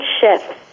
shifts